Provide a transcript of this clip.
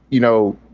you know,